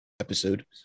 Episode